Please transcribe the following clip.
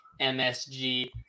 MSG